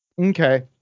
Okay